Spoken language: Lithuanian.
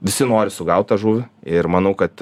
visi nori sugaut tą žuvį ir manau kad